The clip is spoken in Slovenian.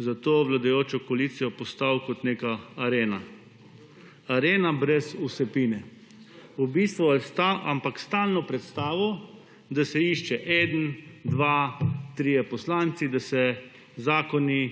za to vladajočo koalicijo postal kot neka arena. Arena brez vsebine. V bistvu, ampak stalno predstavil, da se išče eden, dva, trije poslanci, da se zakoni,